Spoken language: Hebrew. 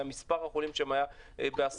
מספר החולים שם היה בעשרות.